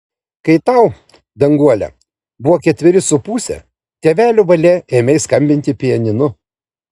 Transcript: kai tau danguole buvo ketveri su puse tėvelių valia ėmei skambinti pianinu